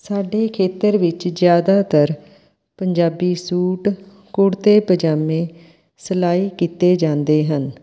ਸਾਡੇ ਖੇਤਰ ਵਿੱਚ ਜ਼ਿਆਦਾਤਰ ਪੰਜਾਬੀ ਸੂਟ ਕੁੜਤੇ ਪਜਾਮੇ ਸਿਲਾਈ ਕੀਤੇ ਜਾਂਦੇ ਹਨ